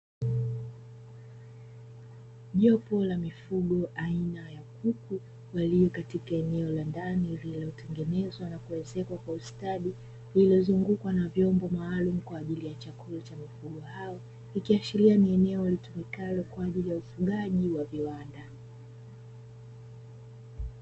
Jopo la mifugo aina ya kuku walio katika eneo la ndani lililotengenezwa na kuezekwa kwa ustadi, uliozungukwa na vyombo maalum kwa ajili ya chakula cha mifugo hao ikiashiria ni eneo walitumikalo kwa ajili ya ufugaji wa viwanda.